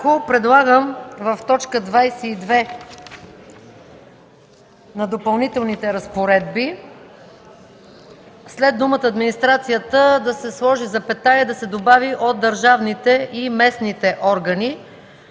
предлагам в т. 22 на Допълнителните разпоредби след думата „администрацията” да се сложи запетая и да се добави „от държавните и местните органи”.